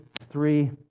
three